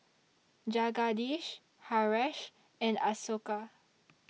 Jagadish Haresh and Ashoka